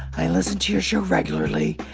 i listen to your show regularly,